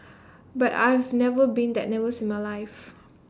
but I've never been that nervous in my life